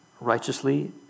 righteously